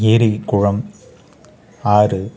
ஏரி குளம் ஆறு